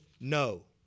no